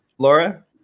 Laura